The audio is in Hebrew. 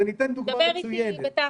דבר איתי תכלס.